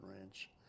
Ranch